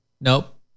Nope